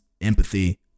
empathy